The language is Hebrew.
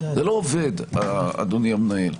זה לא עובד, אדוני המנהל.